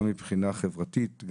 גם מבחינה חברתית,